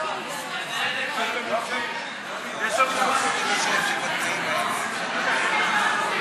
ההצעה להעביר את הצעת חוק התקשורת (בזק ושידורים)